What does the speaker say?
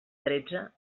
tretze